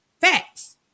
Facts